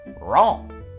wrong